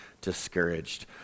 discouraged